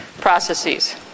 processes